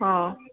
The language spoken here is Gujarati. હ